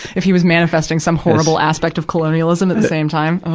if he was manifesting some horrible aspect of colonialism at the same time.